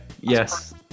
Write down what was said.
Yes